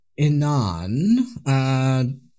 Inan